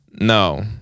No